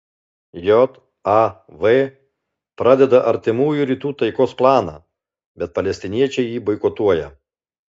jav pradeda artimųjų rytų taikos planą bet palestiniečiai jį boikotuoja